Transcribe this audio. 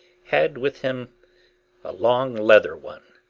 had with him a long leather one,